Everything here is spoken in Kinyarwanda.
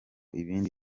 ibindi